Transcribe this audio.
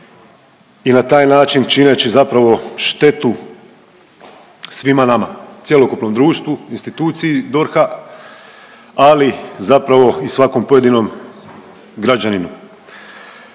i na taj način čineći zapravo štetu svima nama, cjelokupnom društvu, instituciji DORH-a, ali zapravo i svakom pojedinom građaninu.